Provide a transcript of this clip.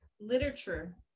literature